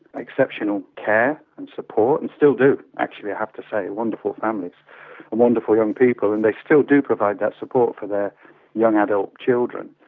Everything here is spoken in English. exceptional care and support and still do actually i have to say, wonderful families and wonderful young people, and they still do provide that support for their young adult children.